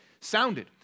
sounded